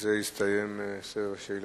בזה יסתיים סבב השאלות.